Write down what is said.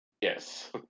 Yes